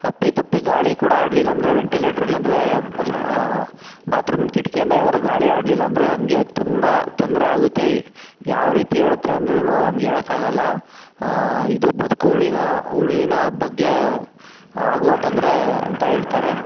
ಅಪ್ಪಿತಪ್ಪಿ ಗಾಳಿ ಕೂಡ ಆಡಲಿಲ್ಲ ಅಂದರೆ ವೆಂಟಿಲೇಟ್ರ್ ಇಲ್ಲಂದರೆ ಬಚ್ ಬಾತ್ರೂಮಿನ ಕಿಟಕಿಯಿಂದ ಯಾವ್ದಾರೂ ಗಾಳಿ ಆಡಲಿಲ್ಲ ಅಂದರೆ ನಮಗೆ ತುಂಬ ತೊಂದರೆ ಆಗುತ್ತೆ ಯಾವ ರೀತಿ ಏಳುತ್ತೆ ಅಂದ್ರೂ ನಮ್ಗೆ ಏಳಕ್ಕೆ ಆಗೋಲ್ಲ ಇದು ಬದುಕು ಉಳಿನ ಉಳಿವಿನ ಬಗ್ಗೆ ಆಗುವ ತೊಂದರೆ ಅಂತ ಹೇಳ್ತಾರೆ